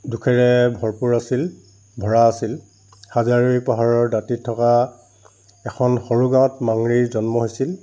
দুখেৰে ভৰপূৰ আছিল ভৰা আছিল হাজাৰীৰ পাহাৰৰ দাঁতিত থকা এখন সৰু গাঁৱত মাংৰিৰ জন্ম হৈছিল